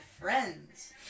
friends